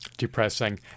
depressing